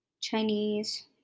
Chinese